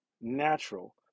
natural